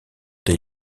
des